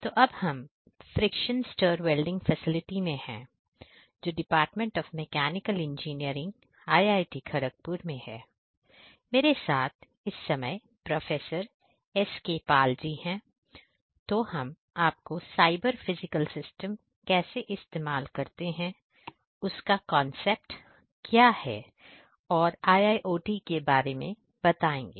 तो अब हम फ्रिक्शन स्टर वेल्डिंग फैसिलिटी कैसे इस्तेमाल करते हैं उसका कांसेप्ट क्या है और IIOT के बारे में बताएंगे